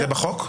זה בחוק?